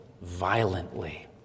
violently